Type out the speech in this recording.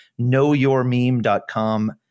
knowyourmeme.com